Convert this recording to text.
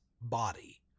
body